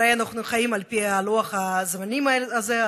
הרי אנחנו חיים על פי לוח הזמנים הזה,